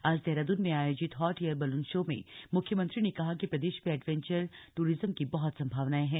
आज देहरादून में आयोजित हॉट एयर बलून शो में मुख्यमंत्री ने कहा कि प्रदेश में एडवेंचर ट्रिज्म की बहुत सम्भावनाएं हैं